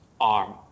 arm